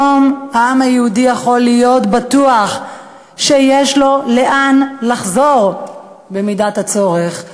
היום העם היהודי יכול להיות בטוח שיש לו לאן לחזור בשעת הצורך.